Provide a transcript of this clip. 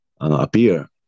appear